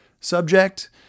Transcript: subject